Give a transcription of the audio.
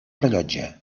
rellotge